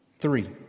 Three